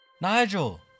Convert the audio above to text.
Nigel